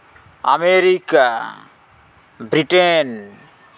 America Britain